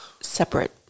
separate